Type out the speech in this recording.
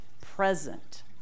present